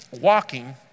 walking